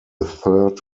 third